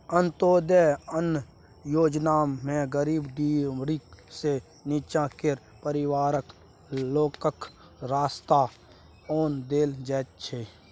अंत्योदय अन्न योजनामे गरीबी डिडीर सँ नीच्चाँ केर परिबारक लोककेँ सस्ता ओन देल जाइ छै